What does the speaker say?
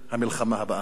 תודה רבה.